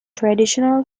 traditional